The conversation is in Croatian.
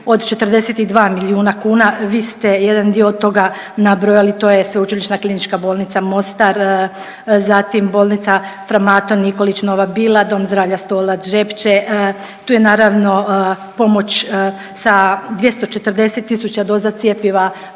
od 42 milijuna kuna i vi ste jedan dio od toga nabrojali to je Sveučilišna klinička bolnica Mostar, zatim Bolnica fra Mato Nikolić Nova Bila, Dom zdravlja Stolac Žepče, tu je naravno pomoć sa 240.000 doza cjepiva